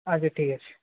আচ্ছা ঠিক আছে